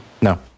No